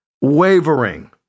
wavering